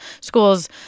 schools